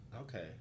Okay